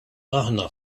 aħna